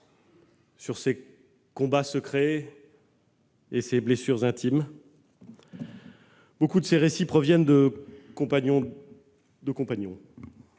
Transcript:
sur ses combats secrets et ses blessures intimes. Nombre de ces récits proviennent de compagnons,